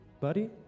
Buddy